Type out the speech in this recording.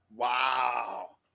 Wow